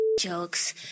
jokes